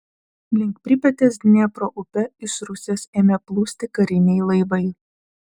link pripetės dniepro upe iš rusijos ėmė plūsti kariniai laivai